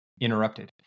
interrupted